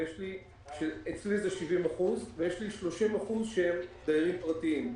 ו-30% הם פרטיים.